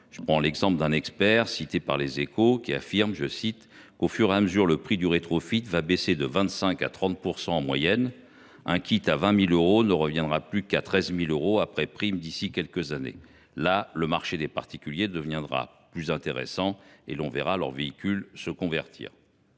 expert du secteur affirmait dans le journal :« Au fur et à mesure, le prix du rétrofit va baisser de 25 % à 30 % en moyenne. Un kit à 20 000 euros ne reviendra plus qu’à 13 000 euros, après prime, d’ici quelques années. Là, le marché des particuliers deviendra plus intéressant et l’on verra leurs véhicules se convertir.